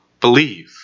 Believe